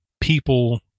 people